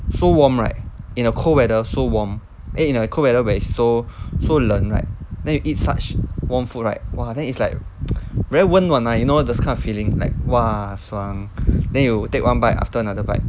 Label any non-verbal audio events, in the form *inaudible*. so warm right in a cold weather so warm eh in a cold weather where it's so so 冷 right then you eat such warm food right !wah! then it's it's like *noise* very 温暖 lah you know this kind of feeling like !wah! 爽 then you take one bite after another bite